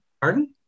Pardon